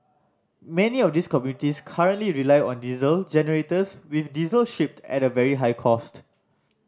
many of these communities currently rely on diesel generators with diesel shipped at very high cost